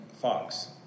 Fox